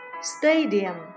stadium